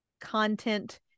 content